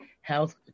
health